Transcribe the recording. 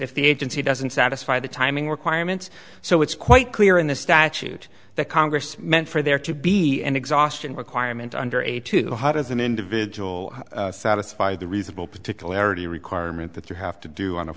if the agency doesn't satisfy the timing requirements so it's quite clear in the statute that congress meant for there to be an exhaustion requirement under eight to as an individual satisfy the reasonable particularity requirement that you have to do on a